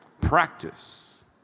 Practice